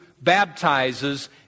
baptizes